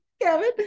Kevin